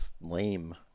lame